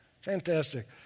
Fantastic